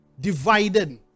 divided